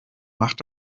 macht